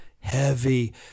heavy